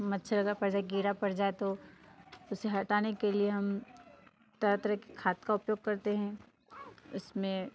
मच्छर अगर कीड़ा पड़ जाए तो उसे हटाने के लिए हम तरह तरह के खाद का उपयोग करते हैं इसमें